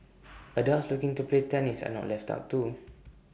adults looking to play tennis are not left out too